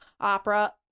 opera